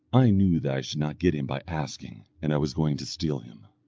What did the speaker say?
i knew that i should not get him by asking, and i was going to steal him.